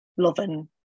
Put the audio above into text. loving